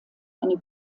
eine